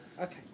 okay